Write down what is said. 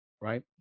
Right